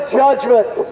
judgment